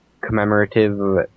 commemorative